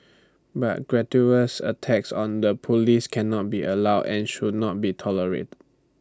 but gratuitous attacks on the Police cannot be allowed and should not be tolerated